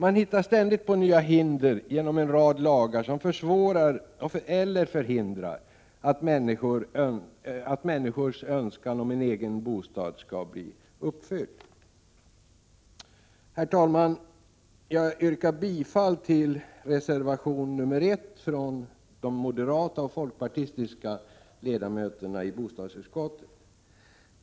Man hittar ständigt på nya hinder genom en rad lagar, som försvårar eller förhindrar att människors önskan om en egen ägd bostad skall bli uppfylld. Herr talman! Jag yrkar bifall till reservation 1 från de moderata och folkpartistiska ledamöterna i bostadsutskottet.